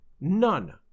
None